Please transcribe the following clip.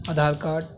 Aadhaar card